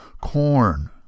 corn